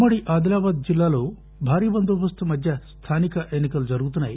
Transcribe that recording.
ఉమ్మడి ఆదిలాబాద్ జిల్లాలో భారీ బందోబస్తు మధ్య స్థానిక ఎన్ని కలు జరుగుతున్నాయి